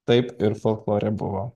taip ir folklore buvo